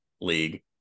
league